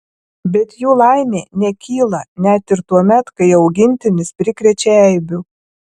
bet jų laimė nekyla net ir tuomet kai augintinis prikrečia eibių